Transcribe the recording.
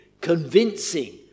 convincing